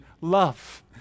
Love